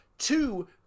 Two